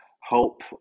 help